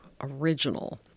original